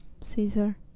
caesar